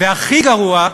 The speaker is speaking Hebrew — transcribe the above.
והכי גרוע,